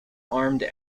armed